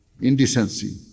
indecency